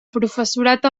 professorat